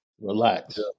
Relax